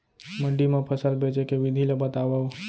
मंडी मा फसल बेचे के विधि ला बतावव?